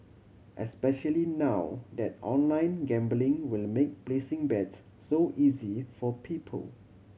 especially now that online gambling will make placing bets so easy for people